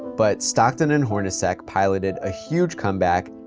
but stockton and hornacek piloted a huge comeback,